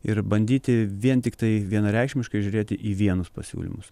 ir bandyti vien tiktai vienareikšmiškai žiūrėti į vienus pasiūlymus